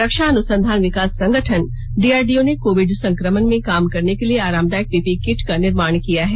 रक्षा अनुसंधान विकास संगठन डीआरडीओ ने कोविड संक्रमण में काम करने के लिए आरामदायक पीपीई किट का निर्माण किया है